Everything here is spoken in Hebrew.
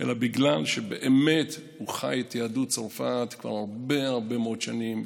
אלא בגלל שבאמת הוא חי את יהדות צרפת כבר הרבה הרבה מאוד שנים,